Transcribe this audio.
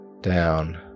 down